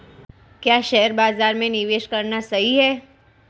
क्या शेयर बाज़ार में निवेश करना सही है?